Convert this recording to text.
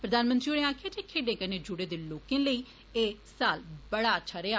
प्रधानमंत्री होरे आक्खेआ जे खेड्ड कन्नै जुडे दे लोके लेई एह साल बड़ा अच्छा रेआ